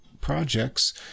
projects